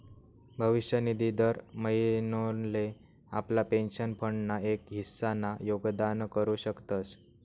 भविष्य निधी दर महिनोले आपला पेंशन फंड ना एक हिस्सा ना योगदान करू शकतस